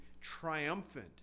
Triumphant